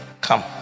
Come